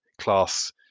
class